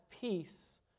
peace